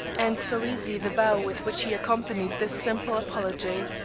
and so easy the bow with which he accompanied this simple apology.